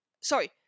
Sorry